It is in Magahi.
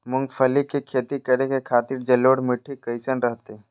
मूंगफली के खेती करें के खातिर जलोढ़ मिट्टी कईसन रहतय?